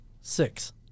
Six